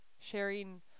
sharing